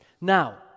Now